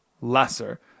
lesser